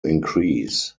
increase